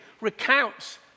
recounts